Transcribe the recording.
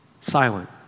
silent